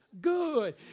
good